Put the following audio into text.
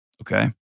Okay